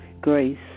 grace